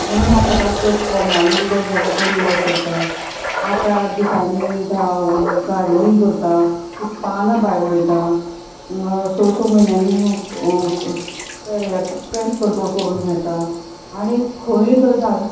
म्हणून हांव सदांच ते पोंडांनी उदक जालें तें निवळ करतां आठ आठ दिसांनी हांव गार्डनींग करतां तीं पानां भायर उडयता स स म्हयन्यांनी पे पेस्ट कंट्रोल करून घेता आनी खंय जर झाड